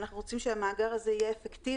ואנחנו רוצים שהמאגר הזה יהיה אפקטיבי.